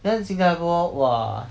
then 新加坡 !wah!